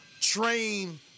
train